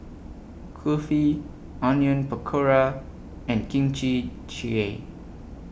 Kulfi Onion Pakora and Kimchi Jjigae